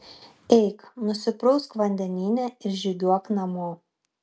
eik nusiprausk vandenyne ir žygiuok namo